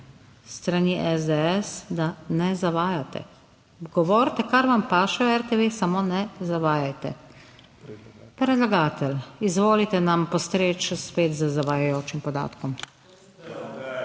strani SDS, da ne zavajate. Govorite kar vam paše o RTV, samo ne zavajajte. Predlagatelj, izvolite nam postreči spet z zavajajočim podatkom.